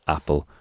Apple